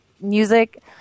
music